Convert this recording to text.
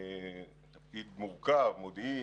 שהוא תפקיד מורכב מודיעין,